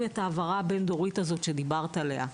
את ההעברה הבין-דורית הזאת שדיברת עליה.